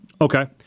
Okay